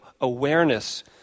awareness